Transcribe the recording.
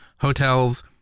hotels